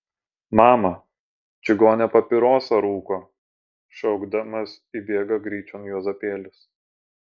mama čigonė papirosą rūko šaukdamas įbėga gryčion juozapėlis